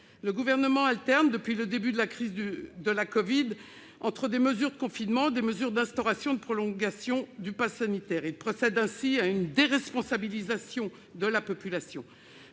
le Gouvernement alterne entre des mesures de confinement et des mesures d'instauration et de prolongation du passe sanitaire. Il procède ainsi à une déresponsabilisation de la population.